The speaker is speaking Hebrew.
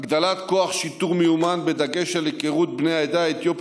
הגדלת כוח שיטור מיומן בדגש על היכרות עם בני העדה האתיופית